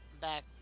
back